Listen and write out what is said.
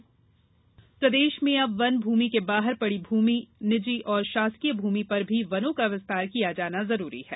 गैर वनमूमि विस्तार प्रदेश में अब वन भूमि के बाहर पड़त भूमि निजी और शासकीय भूमि पर भी वनों का विस्तार किया जाना जरूरी है